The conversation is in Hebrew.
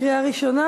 התשע"ד 2014,